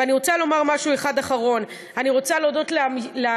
ואני רוצה לומר משהו אחד אחרון: אני רוצה להודות למשרדים,